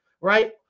right